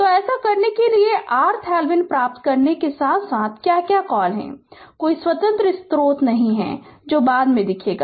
तो ऐसा करने के लिए RThevenin प्राप्त करने के साथ साथ क्या क्या कॉल हैं कोई स्वतंत्र स्रोत नहीं है जो बाद में देखेगा